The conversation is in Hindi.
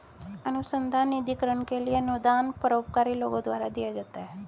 अनुसंधान निधिकरण के लिए अनुदान परोपकारी लोगों द्वारा दिया जाता है